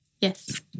Yes